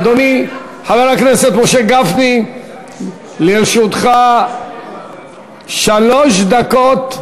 אדוני, חבר הכנסת משה גפני, לרשותך שלוש דקות.